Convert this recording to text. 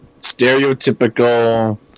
stereotypical